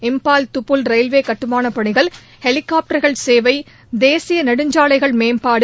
Imphal Tupul railway கட்டுமான பணிகள் ஹெலிகாப்டர்கள் சேவை தேசிய நெடுஞ்சாலைகள் மேம்பாடு